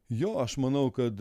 jo aš manau kad